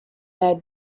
their